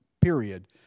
period